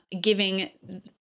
giving